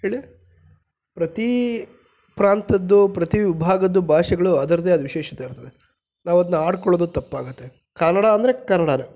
ಹೇಳಿ ಪ್ರತೀ ಪ್ರಾಂತ್ಯದ್ದು ಪ್ರತಿ ವಿಭಾಗದ್ದು ಭಾಷೆಗಳು ಅದ್ರದ್ದೇ ಆದ ವಿಶೇಷತೆ ಇರ್ತದೆ ನಾವು ಅದನ್ನ ಆಡಿಕೊಳ್ಳೋದು ತಪ್ಪಾಗುತ್ತೆ ಕನ್ನಡ ಅಂದರೆ ಕನ್ನಡವೇ